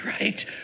right